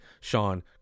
Sean